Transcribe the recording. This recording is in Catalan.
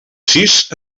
sis